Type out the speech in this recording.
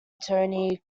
tony